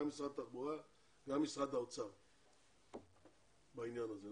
גם משרד התחבורה וגם משרד האוצר בעניין הזה.